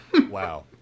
wow